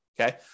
okay